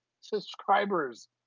subscribers